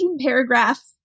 paragraph